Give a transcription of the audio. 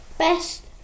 best